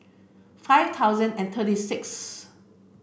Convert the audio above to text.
five thousand and thirty sixth